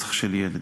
ברצח של ילד.